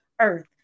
earth